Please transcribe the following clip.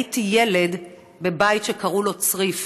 / הייתי ילד, בבית שקראו לו צריף,